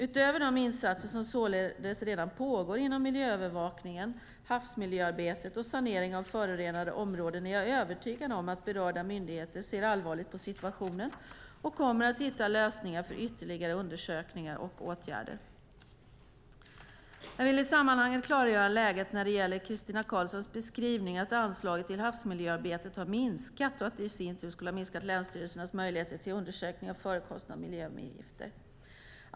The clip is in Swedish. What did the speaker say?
Utöver de insatser som således redan pågår inom miljöövervakning, havsmiljöarbete och sanering av förorenade områden är jag övertygad om att berörda myndigheter ser allvarligt på situationen och kommer att hitta lösningar för ytterligare undersökningar och åtgärder. Jag vill i sammanhanget klargöra läget när det gäller Christina Karlssons beskrivning att anslaget till havsmiljöarbetet har minskat och att det i sin tur skulle ha minskat länsstyrelsens möjligheter till undersökning av förekomsten av miljögifter.